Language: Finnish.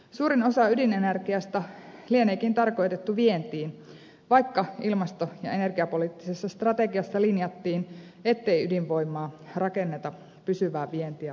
suurin osa ydinenergiasta lieneekin tarkoitettu vientiin vaikka ilmasto ja energiapoliittisessa strategiassa linjattiin ettei ydinvoimaa rakenneta pysyvää vientiä varten